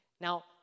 Now